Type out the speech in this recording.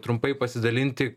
trumpai pasidalinti